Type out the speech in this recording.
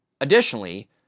Additionally